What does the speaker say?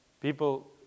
people